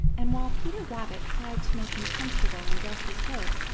and while peter rabbit tried to make him comfortable and dress his hurts,